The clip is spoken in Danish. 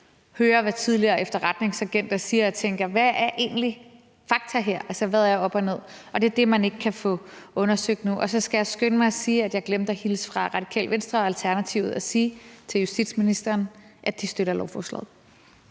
hører, hvad tidligere efterretningsagenter siger og tænker, i forhold til hvad der egentlig er fakta her; hvad er op og ned? Det er det, man ikke kan få undersøgt nu. Jeg skal skynde mig at sige, at jeg glemte at hilse fra Radikale Venstre og Alternativet og sige til justitsministeren, at de støtter lovforslaget.